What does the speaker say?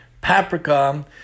paprika